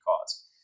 cause